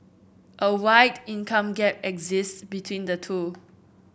a wide income gap exist between the two